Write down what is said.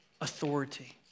authority